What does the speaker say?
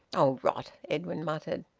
oh! rot! edwin muttered.